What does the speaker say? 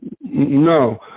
No